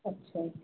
ਅੱਛਾ